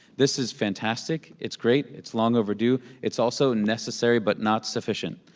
this is fantastic. it's great. it's long overdue. it's also necessary, but not sufficient,